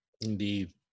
Indeed